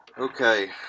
Okay